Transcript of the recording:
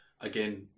again